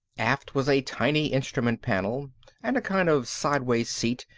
aft was a tiny instrument panel and a kind of sideways seat,